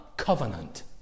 covenant